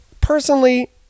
Personally